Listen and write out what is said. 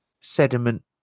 Sediment